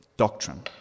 Doctrine